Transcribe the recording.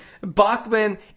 Bachman